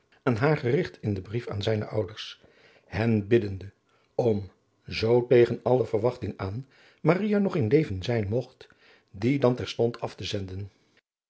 aan haar gerigt in den brief aan zijne ouders hen biddende om zoo tegen alle verwachting aan maria nog in leven zijn mogt dien dan terstond af te zenden